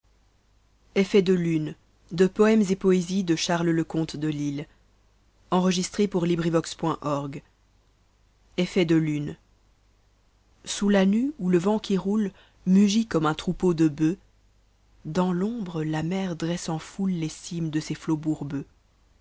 effet de lune sous la nue où le vent qui roule mugît ccmme un troupeau de bœufs dans i'ombrë la mer dresse en foule les cimes de ses flots